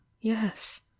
yes